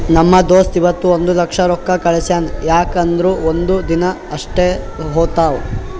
ನಮ್ ದೋಸ್ತ ಇವತ್ ಒಂದ್ ಲಕ್ಷ ರೊಕ್ಕಾ ಕಳ್ಸ್ಯಾನ್ ಯಾಕ್ ಅಂದುರ್ ಒಂದ್ ದಿನಕ್ ಅಷ್ಟೇ ಹೋತಾವ್